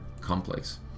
complex